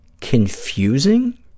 confusing